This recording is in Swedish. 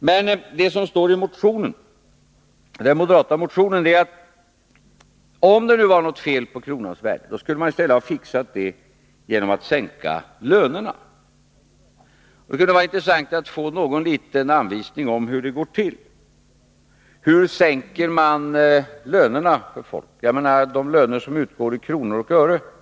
Men i den moderata motionen står det, att om det var något fel på kronans värde, skulle man klara detta genom att sänka lönerna. Det skulle vara intressant att få en liten anvisning om hur detta skulle gå till. Hur sänker man i en moderat regering de löner som utgår i kronor och ören?